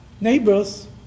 neighbors